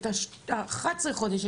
את ה-11 חודש,